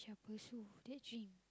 pursue that dream